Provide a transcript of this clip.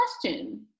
question